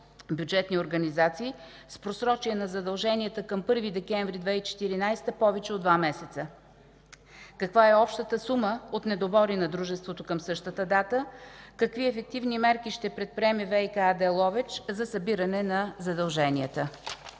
бюджетни организации, с просрочие на задълженията към 1 декември 2014 г. повече от два месеца? Каква е общата сума от недобори на дружеството към същата дата? Какви ефективни мерки ще предприеме ВиК АД – Ловеч, за събиране на задълженията?